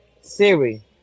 Siri